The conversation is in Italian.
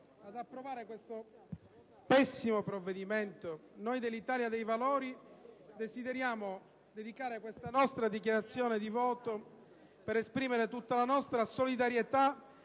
ad approvare questo pessimo provvedimento, noi dell'Italia dei Valori desideriamo utilizzare questa nostra dichiarazione di voto per esprimere tutta la nostra solidarietà